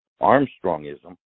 Armstrongism